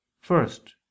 First